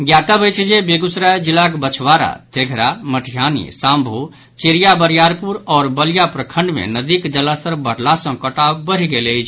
ज्ञातब्य अछि जे बेगूसराय जिलाक बछवाड़ा तेघड़ा मटिहानी शाम्हो चेरिया बरियारपुर आओर बलिया प्रखंड मे नदीक जलस्तर बढ़ला सॅ कटाव बढ़ि गेल अछि